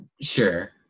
Sure